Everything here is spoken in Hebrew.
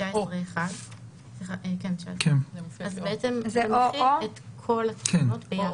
זה מוסיף את כל התקינות ביחד.